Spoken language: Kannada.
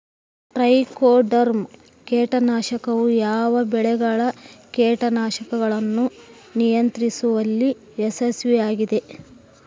ಟ್ರೈಕೋಡರ್ಮಾ ಕೇಟನಾಶಕವು ಯಾವ ಬೆಳೆಗಳ ಕೇಟಗಳನ್ನು ನಿಯಂತ್ರಿಸುವಲ್ಲಿ ಯಶಸ್ವಿಯಾಗಿದೆ?